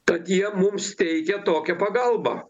kad jie mums teikia tokią pagalbą